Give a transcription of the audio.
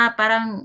parang